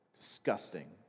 disgusting